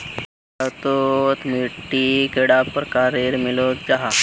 भारत तोत मिट्टी कैडा प्रकारेर मिलोहो जाहा?